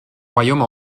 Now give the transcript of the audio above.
royaume